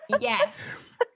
yes